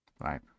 Right